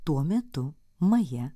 tuo metu maja